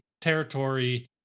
territory